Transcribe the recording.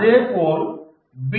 அதுபோல் பி